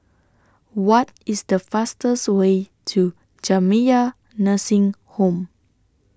What IS The fastest Way to Jamiyah Nursing Home